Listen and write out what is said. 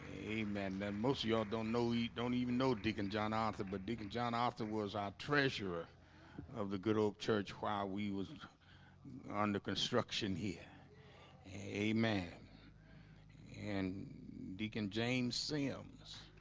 amen that mostly all don't know he don't even know deacon john arthur but deacon john after was our treasurer of the good old church while we was under construction here a man and deacon james simms